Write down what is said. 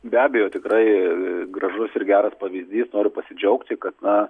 be abejo tikrai gražus ir geras pavyzdys noriu pasidžiaugti kad na